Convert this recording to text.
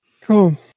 Cool